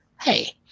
hey